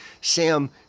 sam